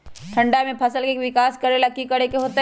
ठंडा में फसल के विकास ला की करे के होतै?